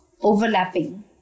overlapping